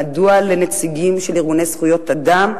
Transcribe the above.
מדוע לנציגים של ארגוני זכויות אדם,